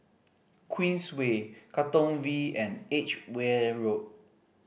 Queensway Katong V and Edgware Road